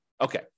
Okay